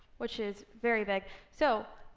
which is very big. so